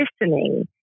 listening